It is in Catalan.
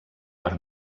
per